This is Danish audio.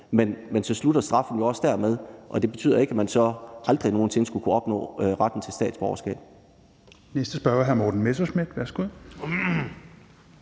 men så slutter straffen jo også dermed, og det betyder ikke, at man så aldrig nogen sinde skulle kunne opnå retten til statsborgerskab.